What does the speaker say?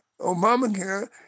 Obamacare